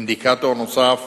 אינדיקטור נוסף